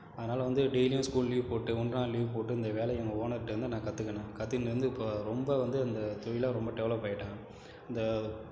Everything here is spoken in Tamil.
அதனால் வந்து டெய்லியும் ஸ்கூல் லீவ் போட்டு ஒன்றை நாள் லீவ் போட்டு இந்த வேலையை எங்கே ஓனர்கிட்டேருந்து நான் கத்துக்குனேன் கத்துக்குனதுலேருந்து இப்போ ரொம்ப வந்து இந்த தொழில் ரொம்ப டெவலப் ஆகிட்டேன் இந்த